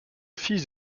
fils